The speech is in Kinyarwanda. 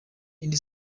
indi